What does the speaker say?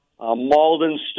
Malden